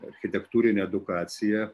architektūrinė edukacija